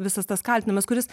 visas tas kaltinimas kuris